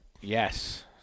Yes